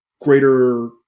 greater